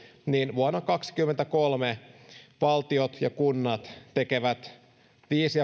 vuonna kaksikymmentäkolme valtiot ja kunnat tekevät viisi